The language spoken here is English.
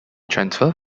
transfer